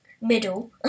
middle